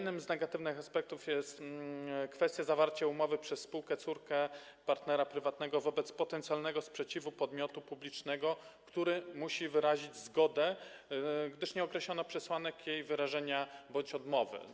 Następny negatywny aspekt wiąże się z kwestią zawarcia umowy przez spółkę córkę partnera prywatnego wobec potencjalnego sprzeciwu podmiotu publicznego, który musi wyrazić zgodę, gdyż nie określono przesłanek dotyczących jej wyrażenia bądź odmowy.